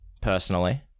personally